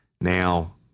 now